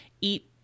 eat